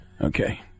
Okay